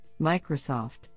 Microsoft